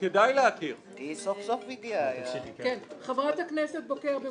הצבעה בעד ההסתייגות 6